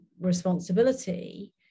responsibility